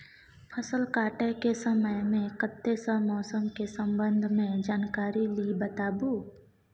फसल काटय के समय मे कत्ते सॅ मौसम के संबंध मे जानकारी ली बताबू?